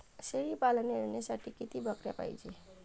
शेळी पालन योजनेसाठी किती बकऱ्या पायजे?